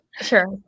Sure